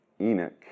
Enoch